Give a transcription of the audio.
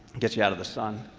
get you out of the sun,